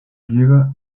llega